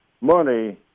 money